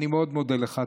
אני מאוד מודה לך.